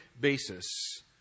basis